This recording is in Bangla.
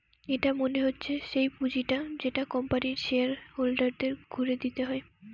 এটা মনে হচ্ছে সেই পুঁজিটা যেটা কোম্পানির শেয়ার হোল্ডারদের ঘুরে দিতে হয়